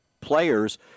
players